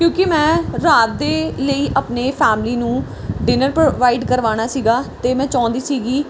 ਕਿਉਂਕਿ ਮੈਂ ਰਾਤ ਦੇ ਲਈ ਆਪਣੇ ਫੈਮਲੀ ਨੂੰ ਡਿਨਰ ਪ੍ਰੋਵਾਈਡ ਕਰਵਾਉਣਾ ਸੀਗਾ ਅਤੇ ਮੈਂ ਚਾਹੁੰਦੀ ਸੀਗੀ